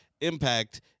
Impact